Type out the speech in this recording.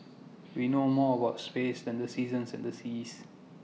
we know more about space than the seasons and the seas